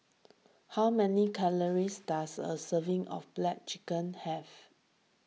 how many calories does a serving of Black Chicken have